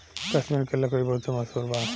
कश्मीर के लकड़ी बहुते मसहूर बा